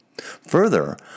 Further